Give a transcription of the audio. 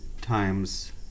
times